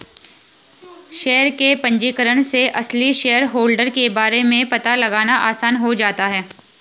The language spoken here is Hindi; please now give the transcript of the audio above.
शेयर के पंजीकरण से असली शेयरहोल्डर के बारे में पता लगाना आसान हो जाता है